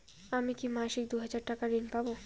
আমি কি মাসিক দুই হাজার টাকার ঋণ পাব?